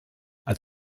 als